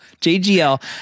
JGL